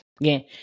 Again